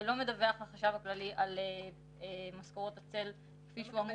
ולא מדווח לחשב הכללי על משכורות הצל כפי שהוא אמור